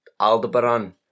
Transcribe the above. Aldebaran